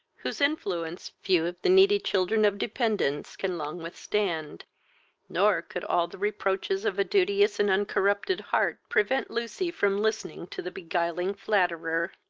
whose influence few of the needy children of dependence can long withstand nor could all the reproaches of a duteous and uncorrupted heart prevent lucy from listening to the beguiling flatterer.